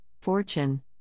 Fortune